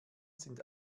sind